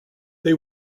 they